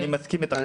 אני מסכים איתך.